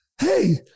hey